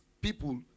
people